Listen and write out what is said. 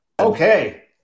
okay